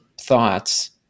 thoughts